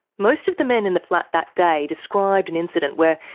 most of the men in the flat that day described an incident where,